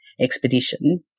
expedition